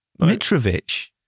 Mitrovic